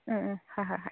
ꯎꯝ ꯎꯝ ꯍꯣꯏ ꯍꯣꯏ ꯍꯣꯏ